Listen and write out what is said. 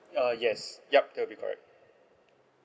uh yes yup that'll be correct